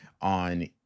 on